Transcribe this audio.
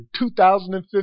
2015